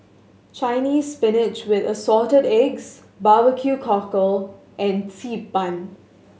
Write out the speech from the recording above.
Chinese Spinach with Assorted Eggs barbecue cockle and Xi Ban